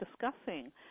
discussing